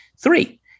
three